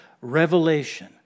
revelation